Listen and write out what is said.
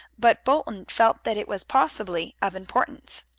but bolton felt that it was possibly of importance.